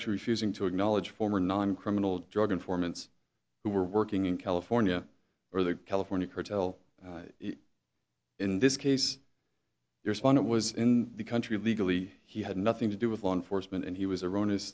actually refusing to acknowledge former non criminal drug informants who were working in california or the california cartel in this case there's one it was in the country illegally he had nothing to do with law enforcement and he was